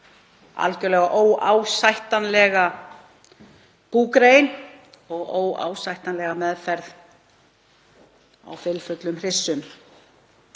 algjörlega óásættanlega búgrein og óásættanlega meðferð á fylfullum hryssum.